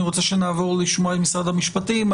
אני רוצה שנעבור לשמוע את משרד המשפטים.